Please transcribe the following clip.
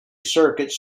circuits